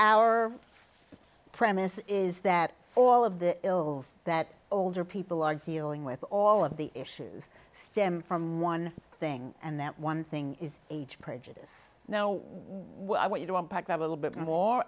our premise is that all of the ills that older people are dealing with all of the issues stem from one thing and that one thing is age prejudice now i want you to unpack grab a little bit more